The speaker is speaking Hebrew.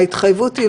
ההתחייבות,